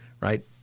right